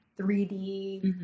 3D